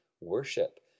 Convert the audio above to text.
worship